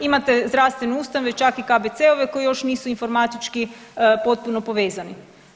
Imate zdravstvenu ustanovu, čak i KBC-ove koji još nisu informatički potpuno povezani.